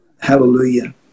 Hallelujah